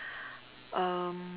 um